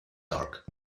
dark